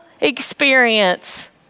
experience